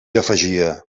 afegia